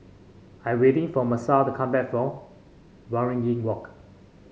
I'm waiting for Messiah to come back from Waringin Walk